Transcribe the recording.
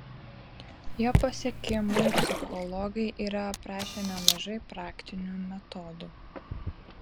jo pasiekimui psichologai yra aprašę nemažai praktinių metodų